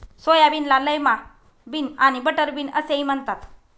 सोयाबीनला lima bean आणि butter bean असेही म्हणतात